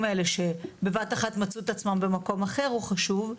האלה שבבת אחת מצאו את עצמם במקום אחר הוא חשוב,